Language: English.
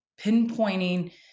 pinpointing